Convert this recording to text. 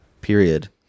period